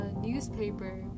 newspaper